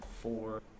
four